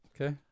Okay